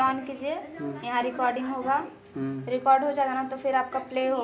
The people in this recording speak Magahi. शेयर बाज़ार में एक दिन मे करोड़ो शेयर के आदान प्रदान होबो हइ